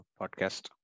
podcast